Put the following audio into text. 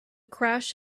crash